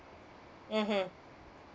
mmhmm